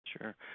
sure